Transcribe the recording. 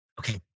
okay